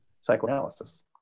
psychoanalysis